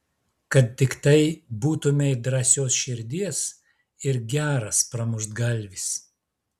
kad tiktai būtumei drąsios širdies ir geras pramuštgalvis